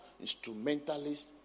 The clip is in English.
instrumentalist